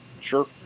Sure